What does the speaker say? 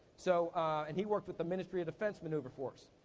so and he worked with the ministry of defense maneuver force.